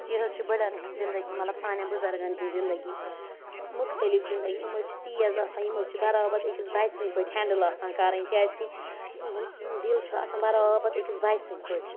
یہِ حظ چھِ بٕڈَن ہِنٛز زِندگی مَطلَب سانٮ۪ن بُزَرگَن ہِنٛز زِندگی مُختلِف زِندگی یِم حظ چھِ تیز آسان یِم حظ چھِ بَرابر أکِس بَچہٕ سٕنٛدۍ پٲٹھۍ ہٮ۪نٛڈٕل آسان کَرٕنۍ کیازکہِ یِہُنٛد دِل چھُ آسان بَرابر أکِس بَچہٕ سٕنٛدۍ پٲٹھۍ